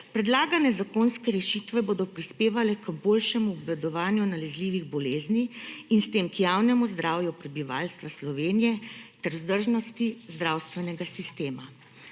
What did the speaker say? Predlagane zakonske rešitve bodo prispevale k boljšemu obvladovanju nalezljivih bolezni in s tem k javnemu zdravju prebivalstva Slovenije ter vzdržnosti zdravstvenega sistema.